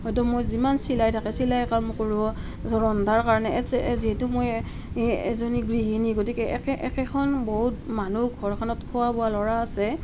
হয়তো মোৰ যিমান চিলাই থাকে চিলাইৰ কাম কৰোঁ য'ত ৰন্ধাৰ কাৰণে এতে যিহেতু মই এজনী গৃহিণী গতিকে একে একেখন বহুত মানুহ ঘৰখনত খোৱা বোৱা ল'ৰা আছে